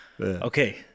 Okay